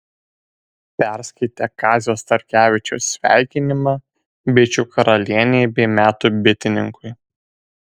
perskaitė kazio starkevičiaus sveikinimą bičių karalienei bei metų bitininkui